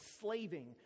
slaving